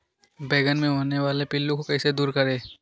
बैंगन मे होने वाले पिल्लू को कैसे दूर करें?